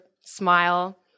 smile